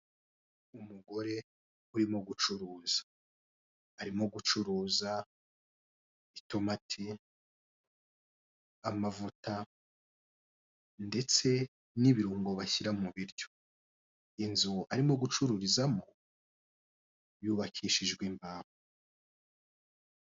Umugore urimo gucuruza arimo gucuruza, itomati, amavuta, ndetse n'ibirungo bashyira mu biryo. Inzu arimo gucururizamo yubakishijwe imbaho.